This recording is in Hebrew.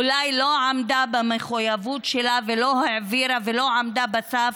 אולי לא עמדה במחויבות שלה ולא העבירה ולא עמדה בצו,